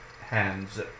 hands